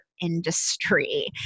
industry